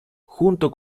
junto